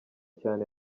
cyane